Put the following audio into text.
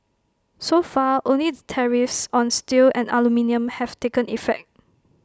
so far only the tariffs on steel and aluminium have taken effect